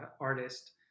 artist